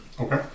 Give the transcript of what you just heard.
Okay